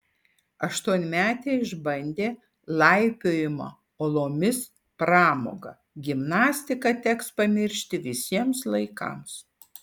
aštuonmetė išbandė laipiojimo uolomis pramogą gimnastiką teks pamiršti visiems laikams